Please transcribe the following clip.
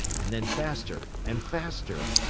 and then faster and faster.